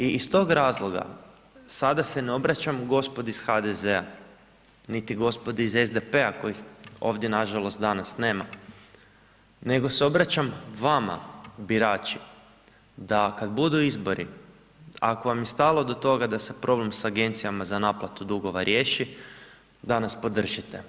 I iz tog razloga sada se ne obraćam gospodi iz HDZ-a niti gospodi iz SDP-a kojih ovdje nažalost danas nema nego se obraćam vama birači da kada budu izbori, ako vam je stalo do toga da se problem s agencijama za naplatu dugova riješi da nas podržite.